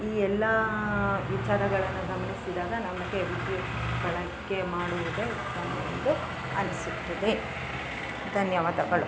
ಈ ಎಲ್ಲ ವಿಚಾರಗಳನ್ನು ಗಮನಿಸಿದಾಗ ನಮಗೆ ವಿದ್ಯುತ್ ಬಳಕೆ ಮಾಡುವುದೇ ಉತ್ತಮ ಎಂದು ಅನಿಸುತ್ತದೆ ಧನ್ಯವಾದಗಳು